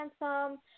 handsome